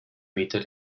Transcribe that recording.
meter